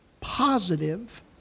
positive